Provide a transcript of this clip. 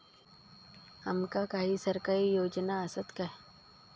आमका काही सरकारी योजना आसत काय?